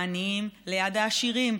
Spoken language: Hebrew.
העניים ליד העשירים,